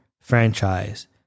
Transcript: franchise